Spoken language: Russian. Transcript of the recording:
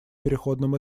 переходном